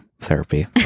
therapy